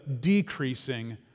decreasing